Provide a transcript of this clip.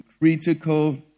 critical